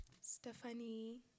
Stephanie